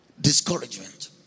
discouragement